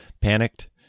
Panicked